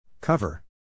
Cover